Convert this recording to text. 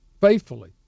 faithfully